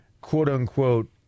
quote-unquote